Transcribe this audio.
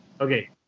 Okay